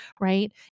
right